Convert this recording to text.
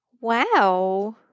wow